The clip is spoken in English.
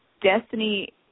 Destiny